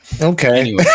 Okay